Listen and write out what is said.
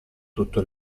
tutto